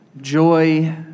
Joy